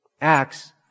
Acts